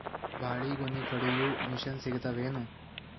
ಬಾಳಿಗೊನಿ ಕಡಿಯು ಮಷಿನ್ ಸಿಗತವೇನು?